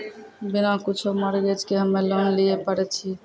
बिना कुछो मॉर्गेज के हम्मय लोन लिये पारे छियै?